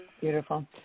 Beautiful